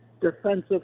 defensive